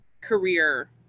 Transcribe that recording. career